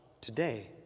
today